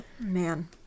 man